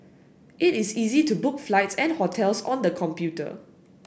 it is easy to book flights and hotels on the computer